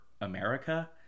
America